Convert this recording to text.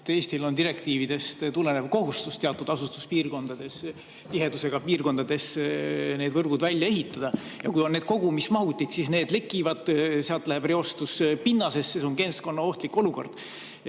Eestil on direktiividest tulenev kohustus teatud asustustihedusega piirkondades need võrgud välja ehitada. Kui on kogumismahutid, siis need lekivad, sealt läheb reostus pinnasesse, see on keskkonnaohtlik olukord.